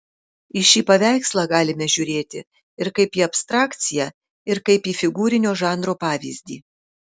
į šį paveikslą galime žiūrėti ir kaip į abstrakciją ir kaip į figūrinio žanro pavyzdį